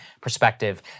perspective